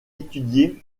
étudier